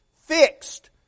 fixed